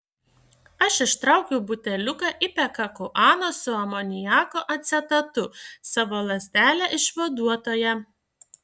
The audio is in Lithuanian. aš ištraukiau buteliuką ipekakuanos su amoniako acetatu savo lazdelę išvaduotoją